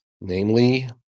Namely